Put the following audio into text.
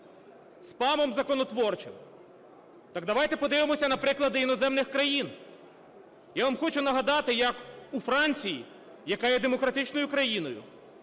спамом законотворчим. Так давайте подивимося на приклади іноземних країн. Я вам хочу нагадати, як у Франції, яка є демократичною країною,